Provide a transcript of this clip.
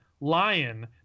Lion